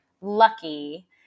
lucky